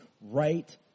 right